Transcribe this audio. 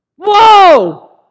Whoa